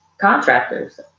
contractors